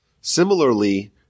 Similarly